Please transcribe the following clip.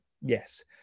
yes